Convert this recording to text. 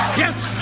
yes,